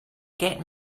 get